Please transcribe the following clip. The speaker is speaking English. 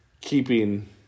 keeping